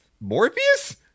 Morpheus